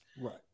Right